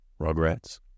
Rugrats